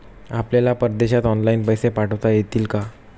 आपल्याला परदेशात ऑनलाइन पैसे पाठवता येतील का?